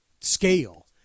scale